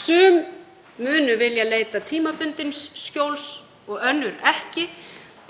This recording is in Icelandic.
Sum munu vilja leita tímabundins skjóls og önnur ekki.